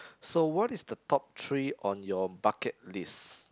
so what is the top three on your bucket list